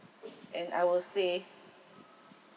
and I will say